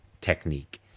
technique